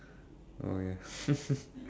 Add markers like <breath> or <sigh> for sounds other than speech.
okay <breath>